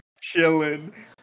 chilling